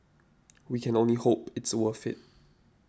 we can only hope it's worth it